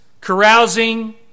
carousing